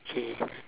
K